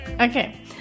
Okay